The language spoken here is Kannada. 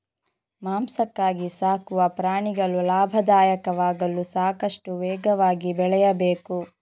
ಮಾಂಸಕ್ಕಾಗಿ ಸಾಕುವ ಪ್ರಾಣಿಗಳು ಲಾಭದಾಯಕವಾಗಲು ಸಾಕಷ್ಟು ವೇಗವಾಗಿ ಬೆಳೆಯಬೇಕು